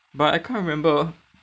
but I can't remember